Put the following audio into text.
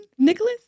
Nicholas